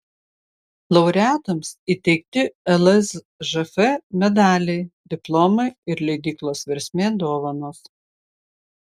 laureatams įteikti lsžf medaliai diplomai ir leidyklos versmė dovanos